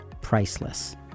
priceless